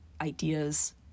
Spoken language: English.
ideas